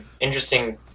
Interesting